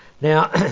Now